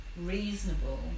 reasonable